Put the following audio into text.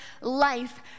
life